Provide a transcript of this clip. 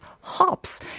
hops